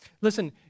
Listen